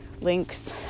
links